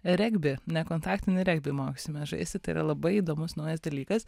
regbį nekontaktinį regbį mokysimės žaisti tai yra labai įdomus naujas dalykas